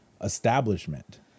establishment